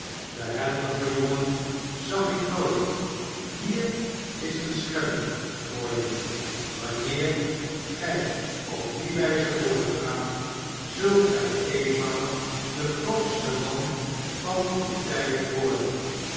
behendiger jongen zag ik nooit hier is een schelling voor je wanneer gij op die wijze voortgaat zult gij eenmaal de grootste man van uw tijd worden